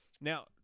Now